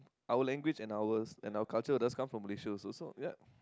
our language and our and our culture does come from Malaysia also so ya